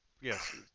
Yes